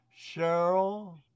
Cheryl